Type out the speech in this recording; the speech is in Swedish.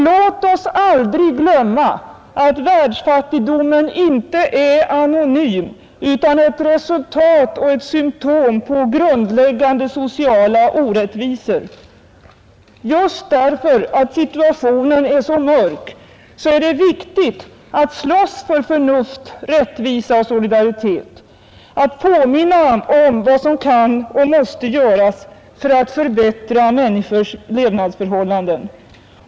Låt oss aldrig glömma att världsfattigdomen inte är anonym utan ett resultat av och ett symtom på grundläggande sociala orättvisor. Just därför att situationen är så mörk, är det viktigt att slåss för förnuft, rättvisa och solidaritet, att påminna om vad som kan och måste göras för att förbättra människors levnadsförhållanden.